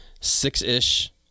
six-ish